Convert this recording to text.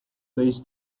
this